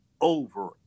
over